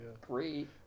great